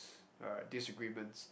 disagreements